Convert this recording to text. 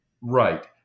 Right